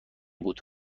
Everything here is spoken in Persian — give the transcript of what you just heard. بود